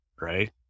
right